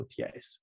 OTAs